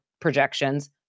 projections